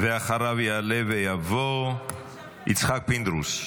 אחריו יעלה ויבוא יצחק פינדרוס,